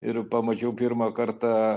ir pamačiau pirmą kartą